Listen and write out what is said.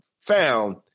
found